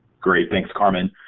great, thanks, carmen.